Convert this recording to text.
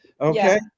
okay